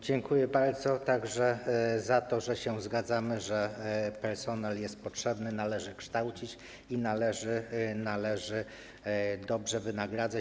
Dziękuję bardzo, także za to, że się zgadzamy, że personel jest potrzebny, należy go kształcić i należy go dobrze wynagradzać.